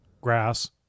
grass